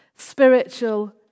Spiritual